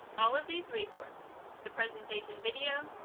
all of these resources the presentation video,